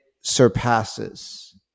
surpasses